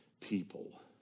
people